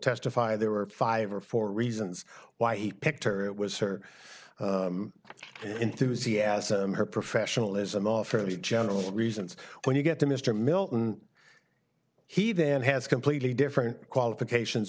testify there were five or four reasons why he picked her it was her enthusiasm her professionalism off fairly general reasons when you get to mr milton he then has completely different qualifications